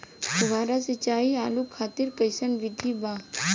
फुहारा सिंचाई आलू खातिर कइसन विधि बा?